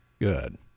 Good